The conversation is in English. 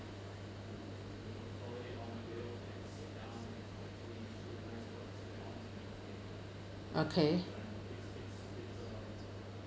okay